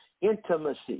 intimacy